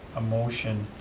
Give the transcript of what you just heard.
a motion